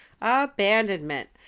Abandonment